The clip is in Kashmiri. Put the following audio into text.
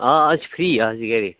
آ آز چھِ فرٛی آز چھِ گَرِ